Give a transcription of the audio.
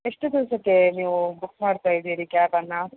ಎಷ್ಟು ದಿವಸಕ್ಕೆ ನೀವು ಬುಕ್ ಮಾಡ್ತಾ ಇದ್ದೀರಿ ಕ್ಯಾಬನ್ನು